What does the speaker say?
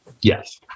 Yes